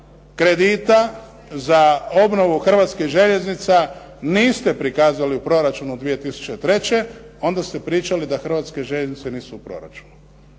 kredita za obnovu hrvatskih željeznica niste prikazali u proračunu 2003. onda ste pričali da Hrvatske željeznice nisu u proračunu.